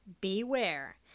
beware